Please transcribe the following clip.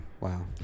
wow